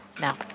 Now